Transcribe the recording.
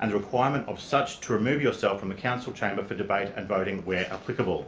and the requirement of such to remove yourself from the council chamber for debate and voting where applicable.